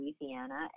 Louisiana